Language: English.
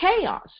chaos